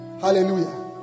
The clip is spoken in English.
Hallelujah